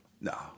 No